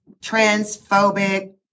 transphobic